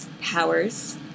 powers